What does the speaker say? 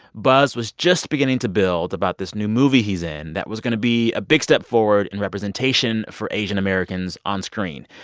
buzz was just beginning to build about this new movie he's in that was going to be a big step forward in representation for asian-americans onscreen.